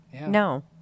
no